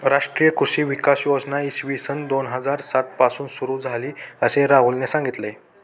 राष्ट्रीय कृषी विकास योजना इसवी सन दोन हजार सात पासून सुरू झाली, असे राहुलने सांगितले